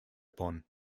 upon